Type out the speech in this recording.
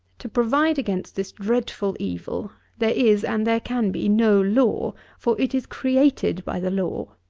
to provide against this dreadful evil there is, and there can be, no law for, it is created by the law.